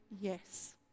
Yes